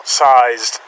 outsized